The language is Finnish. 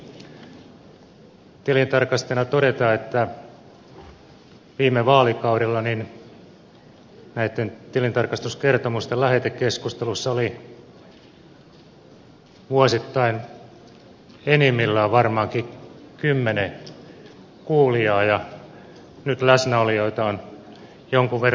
täytyy ensinnäkin tilintarkastajana todeta että viime vaalikaudella näitten tilintarkastuskertomusten lähetekeskusteluissa oli vuosittain enimmillään varmaankin kymmenen kuulijaa ja nyt läsnäolijoita on jonkun verran enemmän